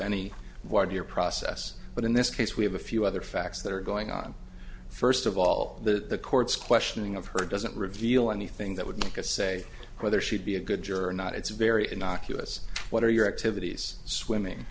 one year process but in this case we have a few other facts that are going on first of all the court's questioning of her doesn't reveal anything that would like to say whether she'd be a good juror not it's very innocuous what are your activities swimming